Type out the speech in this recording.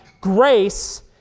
grace